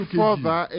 further